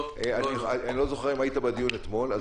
אני לא זוכר אם היית בדיון אתמול.